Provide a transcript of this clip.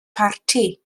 parti